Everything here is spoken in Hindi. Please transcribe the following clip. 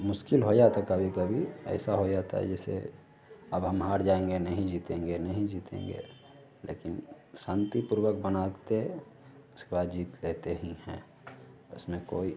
मुश्किल हो जाता कभी कभी ऐसा हो जाता है जैसे अब हम हार जाएँगे नहीं जीतेंगे नहीं जीतेंगे लेकिन शान्तिपूर्वक बनाते उसके बाद जीत लेते ही हैं उसमें कोई